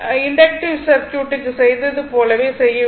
inductive சர்க்யூட்டுக்கு செய்தது போலவே செய்ய வேண்டும்